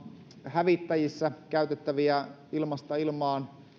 hävittäjissä käytettäviä ilmasta ilmaan